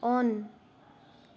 on